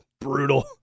Brutal